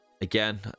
Again